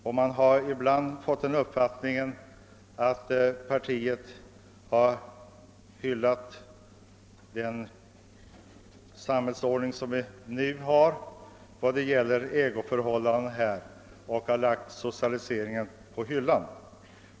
Ibland har man fått den uppfattningen att partiet hyllar vår nuvarande samhällsordning med dess ägandeförhållanden och har lagt socialiseringsplanerna på hyllan.